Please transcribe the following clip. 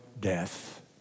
death